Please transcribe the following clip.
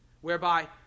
whereby